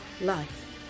life